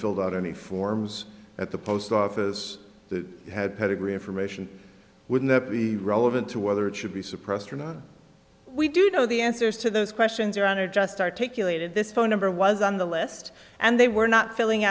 filled out any forms at the post office that had pedigree information would never be relevant to whether it should be suppressed or not we do know the answers to those questions are on a just articulated this phone number was on the list and they were not filling